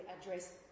address